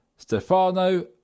Stefano